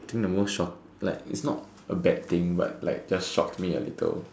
think the most shock like it's not a bad thing but like just shocked me a little